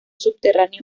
subterráneo